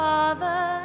Father